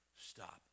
Stop